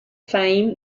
fame